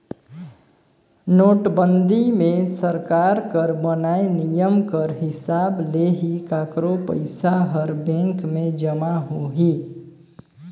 नोटबंदी मे सरकार कर बनाय नियम कर हिसाब ले ही काकरो पइसा हर बेंक में जमा होही